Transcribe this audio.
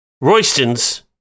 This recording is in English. Royston's